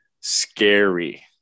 Scary